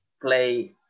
play